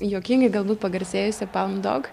juokingai galbūt pagarsėjusia palm dog